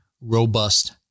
robust